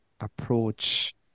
approach